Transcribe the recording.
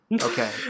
Okay